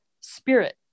spirit